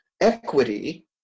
equity